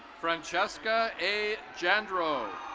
franchesca a jandro.